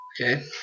Okay